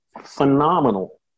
phenomenal